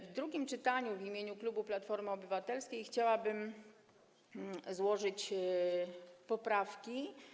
W drugim czytaniu w imieniu klubu Platforma Obywatelska chciałabym złożyć poprawki.